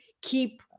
keep